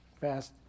Fast